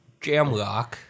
Jamlock